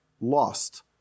lost